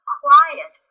quiet